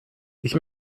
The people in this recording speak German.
ich